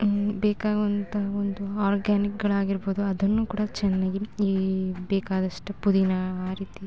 ಬೇಕಾಗೋಂಥ ಒಂದು ಆರ್ಗ್ಯಾನಿಕ್ಗಳಾಗಿರ್ಬೋದು ಅದನ್ನು ಕೂಡ ಚೆನ್ನಾಗಿ ಈ ಬೇಕಾದಷ್ಟು ಪುದಿನಾ ಆ ರೀತಿ